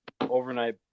overnight